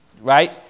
Right